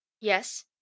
Yes